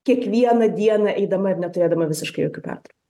kiekvieną dieną eidama ir neturėdama visiškai jokių pertraukų